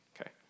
okay